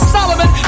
Solomon